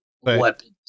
weapons